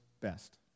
best